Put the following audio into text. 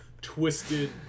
twisted